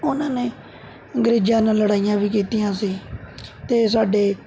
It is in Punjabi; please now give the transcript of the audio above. ਉਹਨਾਂ ਨੇ ਅੰਗਰੇਜ਼ਾਂ ਨਾਲ ਲੜਾਈਆਂ ਵੀ ਕੀਤੀਆਂ ਸੀ ਅਤੇ ਸਾਡੇ